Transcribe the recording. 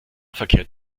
verkehrt